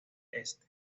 este